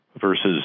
versus